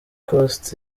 coast